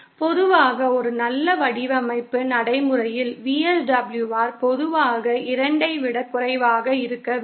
பொதுவாக ஒரு நல்ல வடிவமைப்பு நடைமுறையில் VSWR பொதுவாக 2 ஐ விட குறைவாக இருக்க வேண்டும்